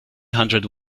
hundred